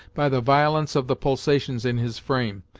by the violence of the pulsations in his frame.